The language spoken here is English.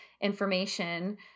information